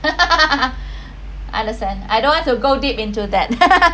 understand I don't want to go deep into that